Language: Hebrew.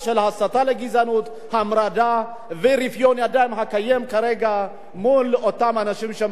המרדה ורפיון היד הקיים כרגע מול אותם אנשים שמסיתים ומגדפים,